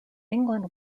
england